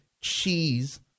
cheese